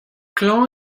klañv